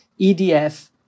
EDF